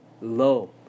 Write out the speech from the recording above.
low